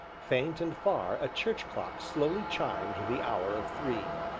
faint and far a church clock slowly chimed the hour of three,